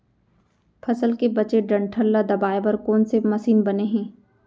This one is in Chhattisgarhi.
फसल के बचे डंठल ल दबाये बर कोन से मशीन बने हे?